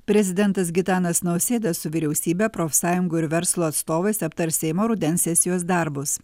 prezidentas gitanas nausėda su vyriausybe profsąjungų ir verslo atstovais aptars seimo rudens sesijos darbus